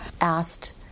asked